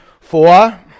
four